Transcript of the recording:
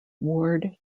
ward